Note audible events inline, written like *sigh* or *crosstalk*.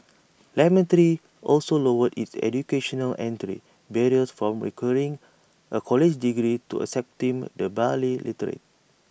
*noise* lemon three also lowered its educational entry barriers from requiring A college degree to accepting the barely literate